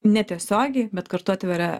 netiesiogiai bet kartu atveria